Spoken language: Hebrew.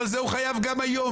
אבל זה הוא חייב גם היום.